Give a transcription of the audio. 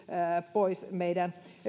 pois meidän